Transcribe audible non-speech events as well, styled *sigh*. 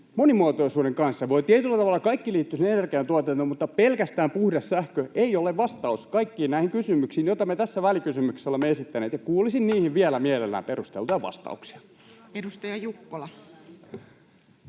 monimuotoisuuden kanssa. Tietyllä tavalla kaikki liittyy sinne energiantuotantoon, mutta pelkästään puhdas sähkö ei ole vastaus kaikkiin näihin kysymyksiin, joita me tässä välikysymyksessä olemme esittäneet, *noise* ja kuulisin niihin vielä mielellään perusteltuja vastauksia.